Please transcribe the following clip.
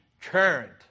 current